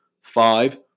five